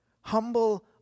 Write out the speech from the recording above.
humble